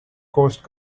coast